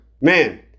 Man